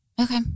okay